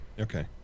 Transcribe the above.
Okay